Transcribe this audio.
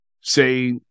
say